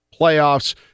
playoffs